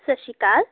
ਸਤਿ ਸ਼੍ਰੀ ਅਕਾਲ